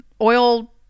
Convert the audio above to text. oil